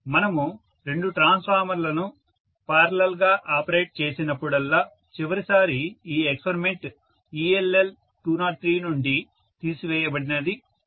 మనము రెండు ట్రాన్స్ఫార్మర్లను పారలల్ గా ఆపరేట్ చేసినప్పుడల్లా చివరిసారి ఈ ఎక్స్పరిమెంట్ ELL203 నుండి తీసివేయబడింది